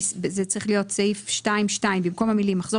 זה צריך להיות 2(2). במקום המילים "מחזור